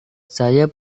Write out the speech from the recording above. saya